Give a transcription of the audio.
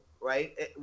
right